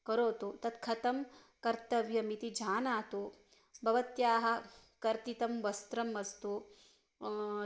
करोतु तत् कथं कर्तव्यम् इति जानातु भवत्याः कर्तितं वस्त्रम् अस्तु